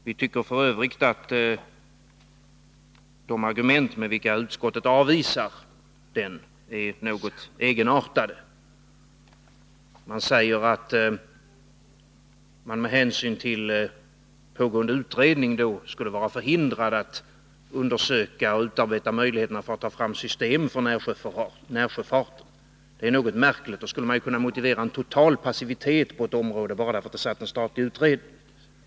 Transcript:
Vi tycker f. ö. att de argument, med vilka utskottet avvisar motionen, är något egenartade. Man säger att man med hänsyn till pågående utredning skulle vara förhindrad att undersöka och utöka möjligheterna att ta fram system för närsjöfarten. Det är något märkligt. Då skulle man ju kunna motivera en total passivitet på ett område bara därför att det satt en statlig utredning.